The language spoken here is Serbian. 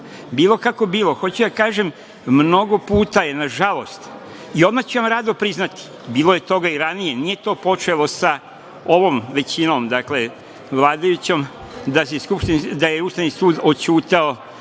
kako bilo, hoću da kažem mnogo puta je nažalost, i odmah ću vam rado priznati, bilo je toga i ranije, nije to počelo sa ovom većinom, vladajućom, da je Ustavni sud oćutao